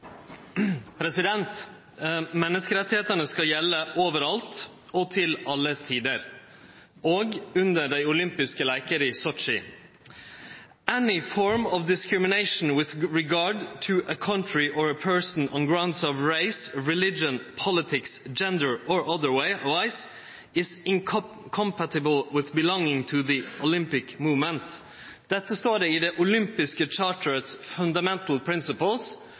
skal gjelde overalt og til alle tider, òg under dei olympiske leikane i Sotsji. «Any form of discrimination with regard to a country or a person on grounds of race, religion, politics, gender or otherwise is incompatible with belonging to the Olympic Movement.» Dette står i det olympiske charterets